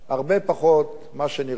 הרבה פחות ממה שנראה